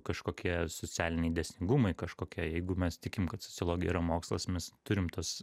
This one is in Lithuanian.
kažkokie socialiniai dėsningumai kažkokie jeigu mes tikim kad sociologija yra mokslas mes turim tuos